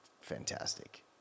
fantastic